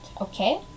Okay